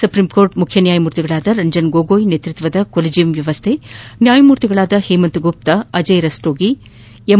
ಸುಪ್ರೀಂಕೋರ್ಟ್ನ ಮುಖ್ಯ ನ್ಯಾಯಮೂರ್ತಿಗಳಾದ ರಂಜನ್ ಗೊಗೊಯ್ ನೇತೃತ್ವದ ಕೊಲಿಜಿಯಂ ವ್ಯವಸ್ಥೆ ನ್ಯಾಯಮೂರ್ತಿಗಳಾದ ಹೇಮಂತ್ ಗುಪ್ತಾ ಅಜಯ್ ರಸ್ತೋಗಿ ಎಂ